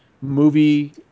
Movie